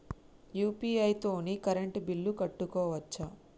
UPI తోని current bill కట్టుకోవచ్ఛా?